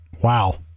wow